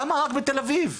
אז למה יש רק בתל אביב?